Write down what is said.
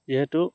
যিহেতু